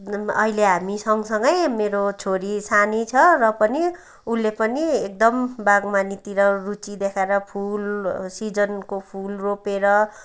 अहिले हामी सँगसँगै मेरो छोरी सानै छ र पनि उसले पनि एकदम बागवानीतिर रुचि देखाएर फुल सिजनको फुल रोपेर